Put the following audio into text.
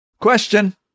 Question